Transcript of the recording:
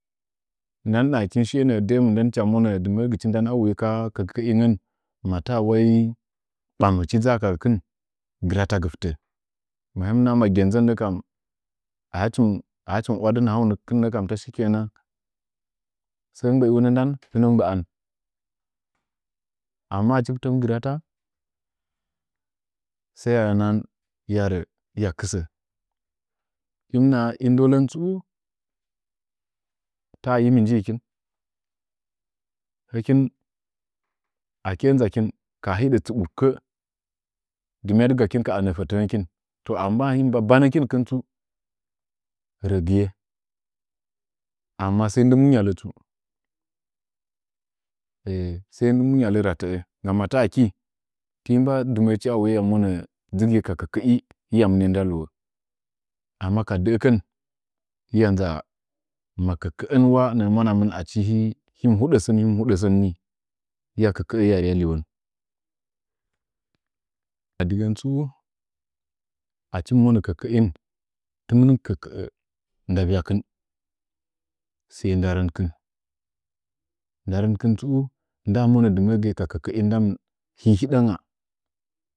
Hikin shuye nəə moni mɨndən dɨməə nggichi ndanna wuye ka kəkəꞌingən matada wa ɓuməchi ni ngaa ga gəkin gratagɨ fɨtə, a hin nahan ma gənnʒə nəlam a hichi hichi nggədə nahawkɨn ta shikənan, sə mgbəiunə ndan huna mgbaan amma adi fɨtə mɨgrata sai hiya nahan hiya rə ya kɨsə, him naha ɨndalən tsu taa ɨ yimi njikin, hikin a həə nʒakin ka hiɗə tsubukkəə nʒaki ka ənə fətəngokin, amma a him mgbəə dɨbanəkin tsu rəgɨye amma sai ndɨ mungyalə tsu eh sai ndi mi ngyalə ratəə ti mba dɨməəkɨn adi wuye ka kəkəi hiya mɨnya nda liwo, amma dəəgachi hiya nʒa makəkəə wa aihi hun huda sən hin hude sən ni, hija kɨkəə hiya rya liwon adɨgən tsu, achi mɨmonə kəkəi tɨmin kəkə’ə nda vyakɨn sai nda rɨnkɨn, nda rimkin tsu a nda monə dɨməgɨye ka kəkəin hɨ hɨɗanga.